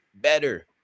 better